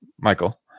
Michael